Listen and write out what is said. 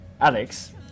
Alex